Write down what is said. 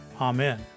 Amen